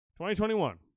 2021